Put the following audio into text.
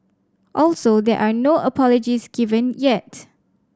also there are no apologies given yet